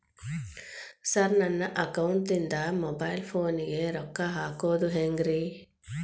Sir ನನ್ನ ಅಕೌಂಟದಿಂದ mobile ಫೋನಿಗೆ ರೊಕ್ಕ ಹಾಕೋದು ಹೆಂಗ್ರಿ?